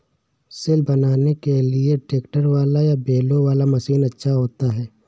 सिल बनाने के लिए ट्रैक्टर वाला या बैलों वाला मशीन अच्छा होता है?